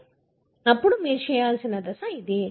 కాబట్టి మీరు చేయాల్సిన దశ ఇది